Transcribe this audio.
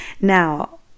Now